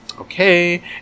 okay